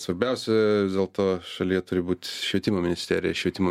svarbiausia vis dėlto šalyje turi būt švietimo ministerija švietimo